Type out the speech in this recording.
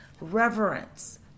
Reverence